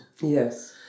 Yes